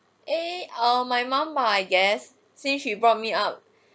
eh err my mum I guess since she brought me up